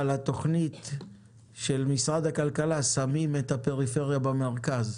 על התוכנית "שמים את הפריפריה במרכז",